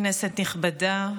כנסת נכבדה,